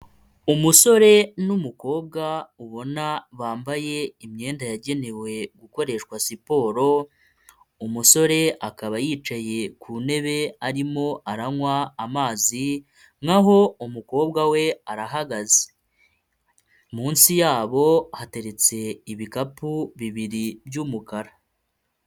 Umusore n'umukobwa ubona bambaye imyenda yagenewe gukoreshwa siporo. Umusore akaba yicaye ku ntebe arimo aranywa amazi naho umukobwa we arahagaze. Munsi yabo hateretse ibikapu bibiri byumukara.